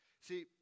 See